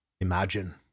Imagine